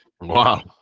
Wow